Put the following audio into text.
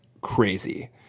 crazy